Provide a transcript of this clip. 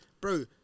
Bro